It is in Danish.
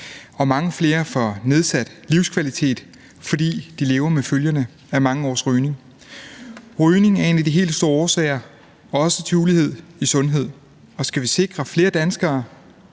og mange flere får nedsat livskvalitet, fordi de lever med følgerne af mange års rygning. Rygning er også en af de helt store årsager til ulighed i sundhed, og skal vi sikre flere danskere